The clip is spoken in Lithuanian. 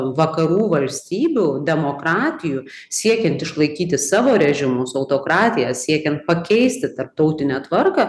vakarų valstybių demokratijų siekiant išlaikyti savo režimus autokratiją siekiant pakeisti tarptautinę tvarką